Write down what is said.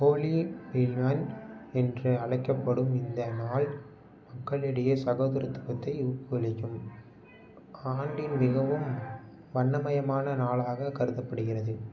ஹோலி மிலன் என்று அழைக்கப்படும் இந்த நாள் மக்களிடையே சகோதரத்துவத்தை ஊக்கவிக்கும் ஆண்டின் மிகவும் வண்ணமயமான நாளாகக் கருதப்படுகிறது